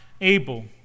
Abel